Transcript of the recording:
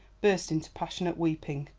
burst into passionate weeping.